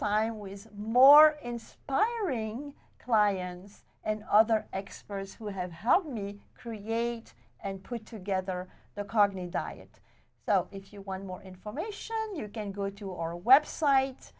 time with more inspiring clients and other experts who have helped me create and put together the cognitive diet so if you want more information you can go to our website